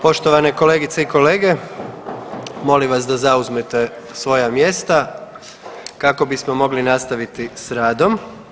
Poštovane kolegice i kolege, molim vas da zauzmete svoja mjesta kako bismo mogli nastaviti s radom.